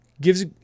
Gives